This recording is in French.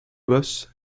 bosses